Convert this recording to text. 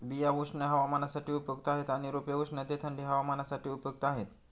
बिया उष्ण हवामानासाठी उपयुक्त आहेत आणि रोपे उष्ण ते थंडी हवामानासाठी उपयुक्त आहेत